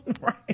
right